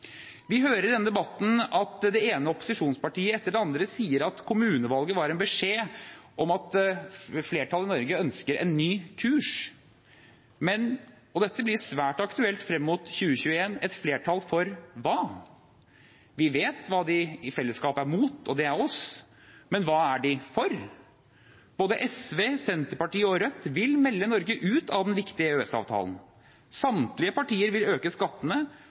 Vi hører i denne debatten at det ene opposisjonspartiet etter det andre sier at kommunevalget var en beskjed om at flertallet i Norge ønsker en ny kurs. Men – og dette blir svært aktuelt frem mot 2021 – et flertall for hva? Vi vet hva de i fellesskap er mot, og det er oss, men hva er de for? Både SV, Senterpartiet og Rødt vil melde Norge ut av den viktige EØS-avtalen. Samtlige partier vil øke skattene,